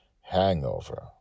hangover